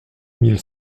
mille